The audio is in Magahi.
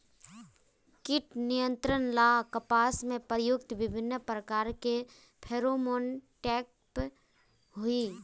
कीट नियंत्रण ला कपास में प्रयुक्त विभिन्न प्रकार के फेरोमोनटैप होई?